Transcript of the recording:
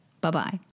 Bye-bye